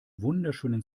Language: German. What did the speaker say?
wunderschönen